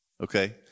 Okay